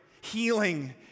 healing